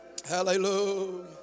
Hallelujah